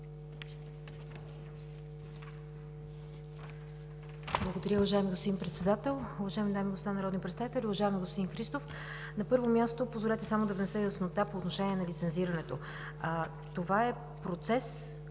Благодаря Ви, уважаеми господин Председател. Уважаеми дами и господа народни представители, уважаеми господин Христов! На първо място, позволете само да внеса яснота по отношение на лицензирането. Това е процес,